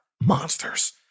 monsters